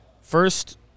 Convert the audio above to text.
first